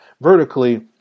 vertically